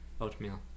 Oatmeal